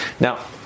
Now